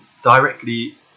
directly